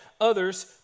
others